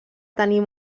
tenir